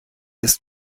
ist